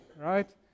right